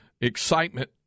excitement